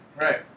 Right